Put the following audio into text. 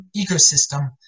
ecosystem